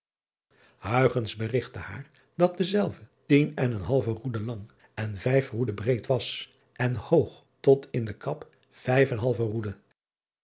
berigtte haar dat dezelve tien en een halve roeden lang en vijf roeden breed was en hoog tot in de kap vijf en een halve roeden